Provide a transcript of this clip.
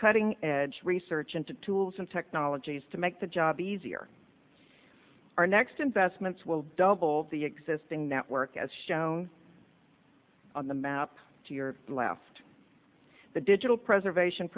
cutting edge research into tools and technologies to make the job easier our next investments will double the existing network as shown on the map to your left the digital preservation